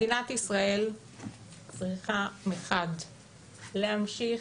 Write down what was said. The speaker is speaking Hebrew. מדינת ישראל צריכה מחד להמשיך,